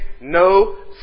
no